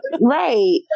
right